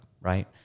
Right